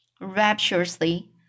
rapturously